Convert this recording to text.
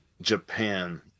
Japan